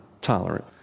tolerant